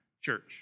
church